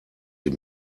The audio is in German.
sie